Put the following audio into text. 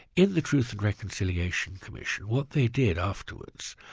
in the truth and reconciliation commission what they did afterwards,